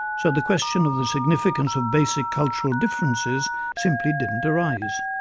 so the question of the significance of basic cultural differences simply didn't arise.